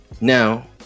Now